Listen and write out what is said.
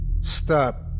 Stop